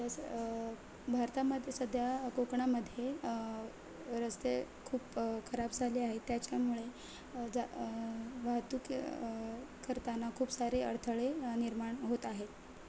तस् भारतामध्ये सध्या कोकणामध्ये रस्ते खूप खराब झाले आहे त्याच्यामुळे जा वाहतुकी करताना खूप सारे अडथळे निर्माण होत आहेत